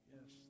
Yes